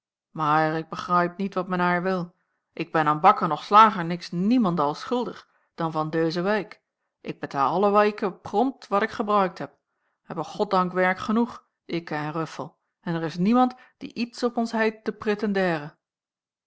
mair ik begraip niet wat men haier wil ik ben a'n bakker noch slager niks niemendal schuldig dan van deuze weik ik betaal alle weiken pront wat ik gebroikt heb we hebben goddank werk genoeg ikke en ruffel en er is niemand die iets op ons heit te